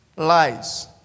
lies